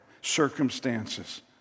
circumstances